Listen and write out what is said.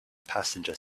passenger